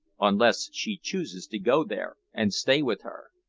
unless she chooses to go there and stay with her.